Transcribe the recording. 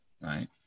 right